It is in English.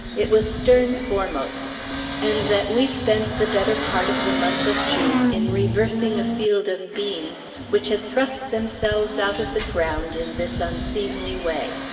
it was stern-foremost and that we spent the better part of the month of june in reversing a field of beans, which had thrust themselves out of the ground in this unseemly way.